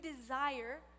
desire